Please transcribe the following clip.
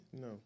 No